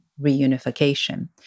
reunification